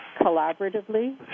Collaboratively